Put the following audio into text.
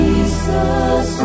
Jesus